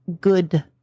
good